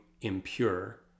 impure